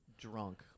drunk